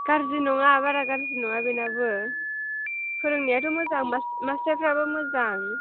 गाज्रि नङा बारा गाज्रि नङा बेनाबो फोरोंनायाथ' मोजां मास्टार मास्टारफ्राबो मोजां